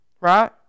right